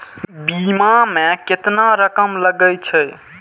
बीमा में केतना रकम लगे छै?